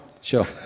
sure